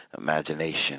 imagination